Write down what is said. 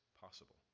possible